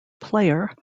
player